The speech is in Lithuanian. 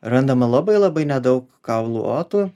randama labai labai nedaug kaulų otų